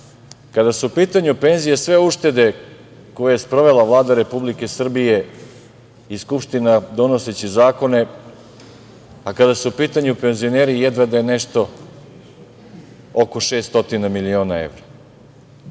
kada su u pitanju penzije sve uštede koje je sprovela Vlada Republike Srbije i Skupština donoseći zakone, a kada su u pitanju penzioneri, jedva da je nešto oko 600 miliona evra.